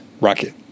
rocket